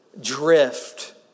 drift